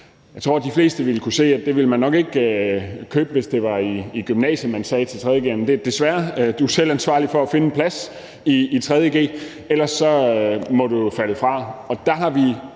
Jeg tror, de fleste ville kunne se, at det ville man nok ikke købe, hvis det var i gymnasiet, man sagde til 3. g'erne: Desværre, du er selv ansvarlig for at finde en plads i 3. g, ellers må du falde fra.